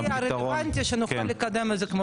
ייעוץ משפטי רלוונטי כדי שנוכל לקדם את זה.